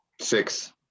Six